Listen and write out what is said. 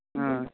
ਹਾਂ